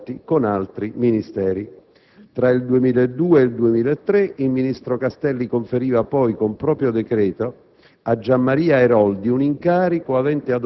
valutati anche in relazione ai rapporti con altri Ministeri. Tra il 2002 e il 2003, il ministro Castelli conferiva poi con propri decreti